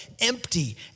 empty